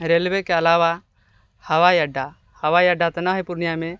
रेलवेके अलावा हवाई अड्डा हवाई अड्डा तऽ नहि हैय पूर्णियाँमे